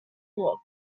walk